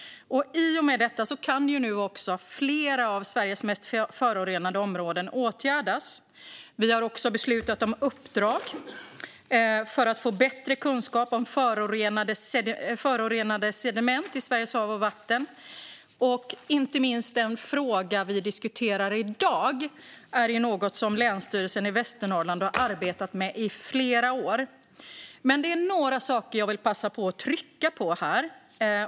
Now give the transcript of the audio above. I och med detta kan flera av Sveriges mest förorenade områden åtgärdas. Vi har också beslutat om uppdrag för att få bättre kunskap om förorenade sediment i Sveriges hav och vatten, och inte minst den fråga vi diskuterar i dag är något som Länsstyrelsen Västernorrland har arbetat med i flera år. Men det är några saker som jag vill passa på att trycka på här.